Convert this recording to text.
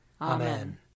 Amen